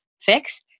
fix